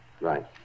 Right